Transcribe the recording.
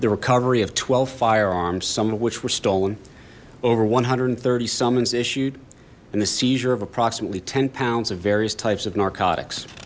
the recovery of twelve firearms some of which were stolen over one hundred and thirty summons issued and the seizure of approximately ten pounds of various types of narcotics